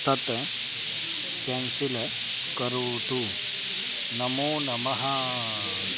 तत् केन्सिल् करोतु नमो नमः